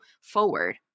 forward